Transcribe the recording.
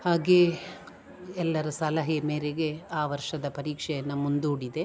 ಹಾಗೆ ಎಲ್ಲರ ಸಲಹೆ ಮೇರೆಗೆ ಆ ವರ್ಷದ ಪರೀಕ್ಷೆಯನ್ನು ಮುಂದೂಡಿದೆ